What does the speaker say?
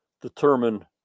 determine